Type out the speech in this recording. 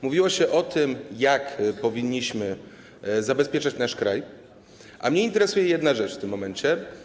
Mówiło się o tym, jak powinniśmy zabezpieczać nasz kraj, a mnie interesuje jedna rzecz w tym momencie.